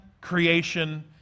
creation